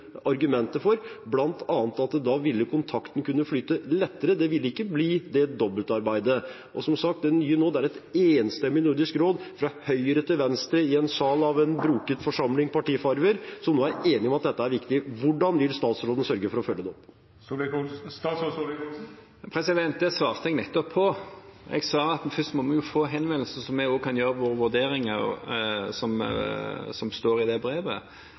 argumenter for, bl.a. at da ville kontakten kunne flyte lettere, det ville ikke bli det dobbeltarbeidet. Som sagt er det nye nå at det er et enstemmig Nordisk råd, fra høyre til venstre i en sal av en broket forsamling partifarger, som nå er enige om at dette er viktig. Hvordan vil statsråden sørge for å følge det opp? Det svarte jeg nettopp på. Jeg sa at først må vi få henvendelsen, så vi også kan gjøre våre vurderinger av det som står i det brevet,